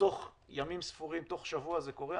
שבתוך ימים ספורים, בתוך שבוע זה קורה.